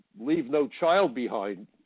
leave-no-child-behind